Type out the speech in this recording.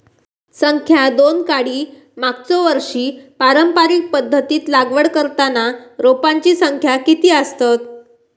संख्या दोन काडी मागचो वर्षी पारंपरिक पध्दतीत लागवड करताना रोपांची संख्या किती आसतत?